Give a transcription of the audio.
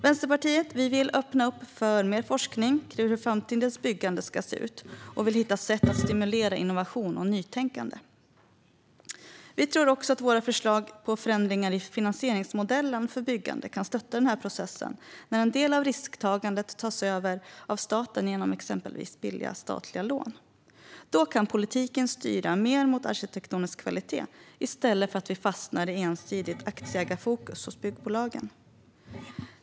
Vänsterpartiet vill öppna upp för mer forskning kring hur framtidens byggande ska se ut och vill hitta sätt att stimulera innovation och nytänkande. Vi tror också att våra förslag till förändringar i finansieringsmodellen för byggande kan stötta den här processen. När en del av risktagandet tas över av staten genom exempelvis billiga statliga lån kan politiken styra mer mot arkitektonisk kvalitet i stället för att vi fastnar i ensidigt aktieägarfokus hos byggbolagen.